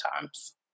times